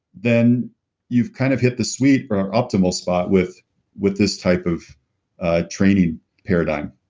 then you've kind of hit the sweet or optimal spot with with this type of ah training paradigm.